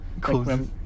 Close